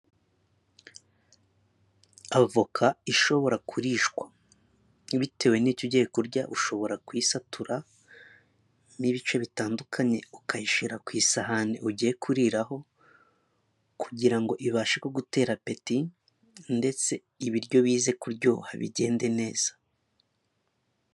Avoka ishobora kurishwa bitewe n'icyo ugiye kurya ,ushobora kuyisatumo ibice bitandukanye. Ukayishira ku isahani ugiye kuriraho, kugirango ibashe ku gutera apeti, ndetse ibiryo bize kuryoha bigende neza.